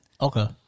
Okay